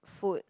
food